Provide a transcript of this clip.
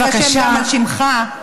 בבקשה,